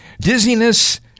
dizziness